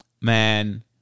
man